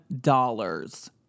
dollars